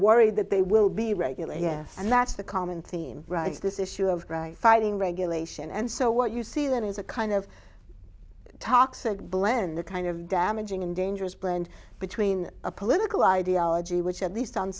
worried that they will be regulated and that's the common theme right is this issue of fighting regulation and so what you see then is a kind of toxic blend the kind of damaging and dangerous blend between a political ideology which at least on